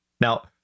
Now